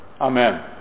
Amen